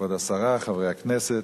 כבוד השרה, חברי הכנסת,